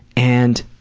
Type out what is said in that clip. and